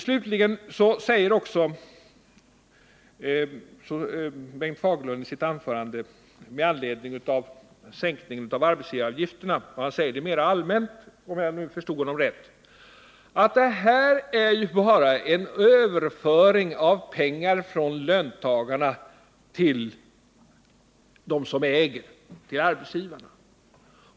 Bengt Fagerlund säger också i sitt anförande med anledning av sänkningen av arbetsgivaravgifterna — men han säger det mera allmänt, om jag förstod honom rätt — att det här är en överföring av pengar från löntagarna till dem som äger, till arbetsgivarna.